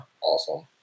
awesome